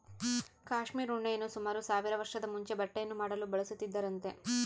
cashmere ಉಣ್ಣೆಯನ್ನು ಸುಮಾರು ಸಾವಿರ ವರ್ಷದ ಮುಂಚೆ ಬಟ್ಟೆಯನ್ನು ಮಾಡಲು ಬಳಸುತ್ತಿದ್ದರಂತೆ